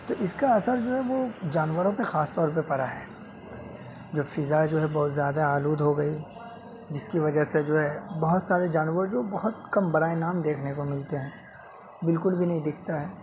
تو اس کا اثر جو ہے وہ جانوروں پہ خاص طور پہ پڑا ہے جب فضا جو ہے بہت زیادہ آلود ہو گئی جس کی وجہ سے جو ہے بہت سارے جانور جو بہت کم برائے نام دیکھنے کو ملتے ہیں بالکل بھی نہیں دکھتا ہے